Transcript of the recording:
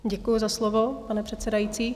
Děkuju za slovo, pane předsedající.